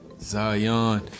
Zion